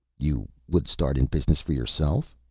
you would start in business for yourself?